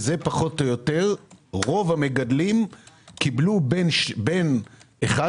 פחות או יותר רוב המגדלים קיבלו בין 11